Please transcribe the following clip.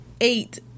eight